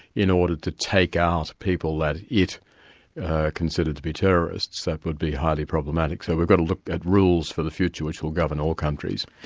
in order to take out people that it considered to be terrorists that would be highly problematic so we've got to look at rules for the future, which will govern all countries.